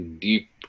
deep